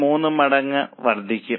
83 മടങ്ങ് വർദ്ധിക്കും